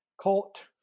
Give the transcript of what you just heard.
caught